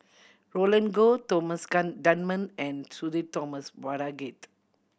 Roland Goh Thomas Dunman and Sudhir Thomas Vadaketh